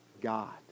God